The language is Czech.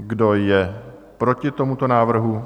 Kdo je proti tomuto návrhu?